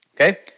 Okay